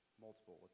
multiple